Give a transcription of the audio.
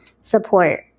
support